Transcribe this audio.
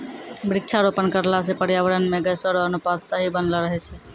वृक्षारोपण करला से पर्यावरण मे गैसो रो अनुपात सही बनलो रहै छै